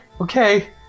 Okay